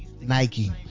Nike